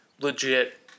legit